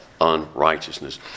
unrighteousness